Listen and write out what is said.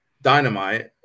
Dynamite